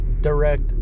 direct